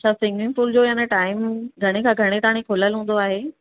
अच्छा स्विमिंगपुल जो यानि टाइम घणे खां घणे ताणी खुलियल हूंदो आहे